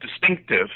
distinctive